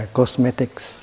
cosmetics